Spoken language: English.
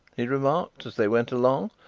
he remarked as they went along.